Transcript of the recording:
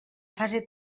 fase